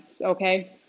okay